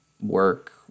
work